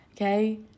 okay